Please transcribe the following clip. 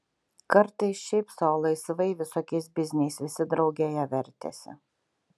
kartais šiaip sau laisvai visokiais bizniais visi draugėje vertėsi